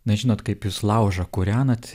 na žinot kaip jūs laužą kūrenat